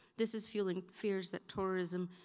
this is fueling fears that tourism